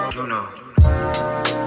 Juno